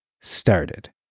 started